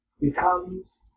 becomes